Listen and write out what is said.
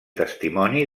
testimoni